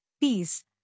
peace